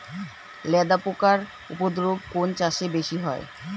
লেদা পোকার উপদ্রব কোন চাষে বেশি হয়?